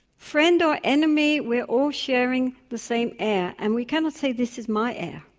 friend or enemy we are all sharing the same air and we cannot say this is my air.